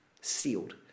sealed